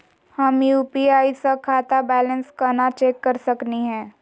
हम यू.पी.आई स खाता बैलेंस कना चेक कर सकनी हे?